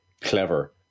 clever